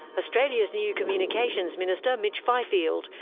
australia's new communications minister, mitch fifield,